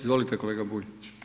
Izvolite kolega Bulj.